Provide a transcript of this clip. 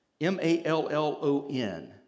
m-a-l-l-o-n